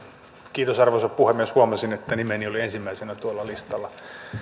kiitos arvoisa puhemies huomasin että nimeni oli ensimmäisenä tuolla listalla